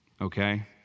okay